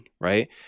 right